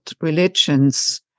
religions